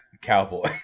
cowboy